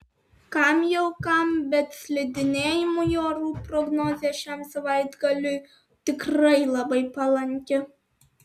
kam jau kam bet slidinėjimui orų prognozė šiam savaitgaliui tikrai labai palanki